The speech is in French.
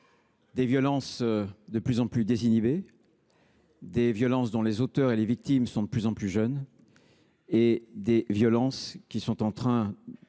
des violences de plus en plus désinhibées, des violences dont les auteurs et les victimes sont de plus en plus jeunes, des violences qui sont en train